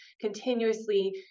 Continuously